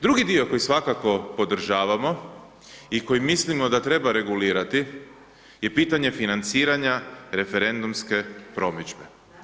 Drugi dio koji svakako podržavamo i koji mislimo da treba regulirati je pitanje financiranje referendumske promidžbe.